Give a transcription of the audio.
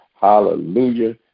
hallelujah